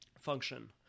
function